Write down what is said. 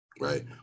right